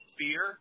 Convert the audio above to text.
fear